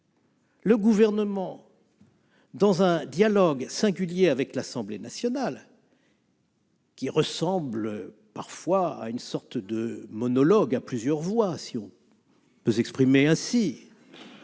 le Gouvernement, dans un dialogue singulier avec l'Assemblée nationale- dialogue qui ressemble parfois à une sorte de monologue à plusieurs voix, si l'on peut s'exprimer ainsi